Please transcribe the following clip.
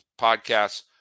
podcasts